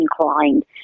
inclined